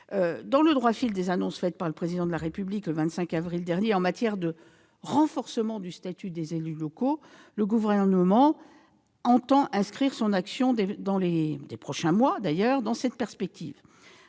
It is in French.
Dans le droit fil des annonces faites par le Président de la République le 25 avril dernier en matière de renforcement du statut des élus locaux, le Gouvernement entend inscrire son action des prochains mois dans cette perspective